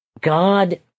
God